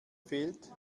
fehlt